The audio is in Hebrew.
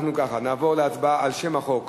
אנחנו נעבור להצבעה על שם החוק,